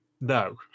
No